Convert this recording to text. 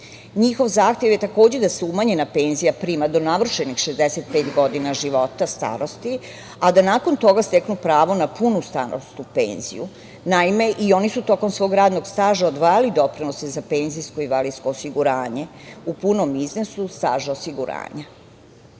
Njihov zahtev je takođe da se umanjena penzija prima do navršenih 65 godina života starosti, a da nakon toga steknu pravo na punu starosnu penziju. Naime, i oni su tokom svog radnog staža odvajali doprinose za penzijsko i invalidsko osiguranje u punom iznosu staža osiguranja. Da